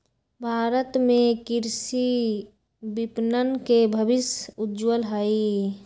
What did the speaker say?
भारत में कृषि विपणन के भविष्य उज्ज्वल हई